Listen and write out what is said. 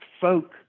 folk